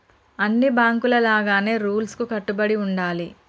అన్ని బాంకుల లాగానే రూల్స్ కు కట్టుబడి ఉండాలి